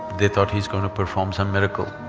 they thought he's going to perform some miracle.